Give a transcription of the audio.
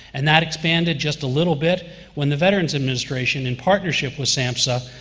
and that expanded just a little bit when the veterans administration, in partnership with samhsa,